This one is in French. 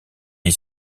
est